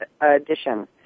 edition